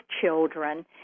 children